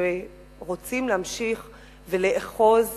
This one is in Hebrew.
שרוצים להמשיך ולאחוז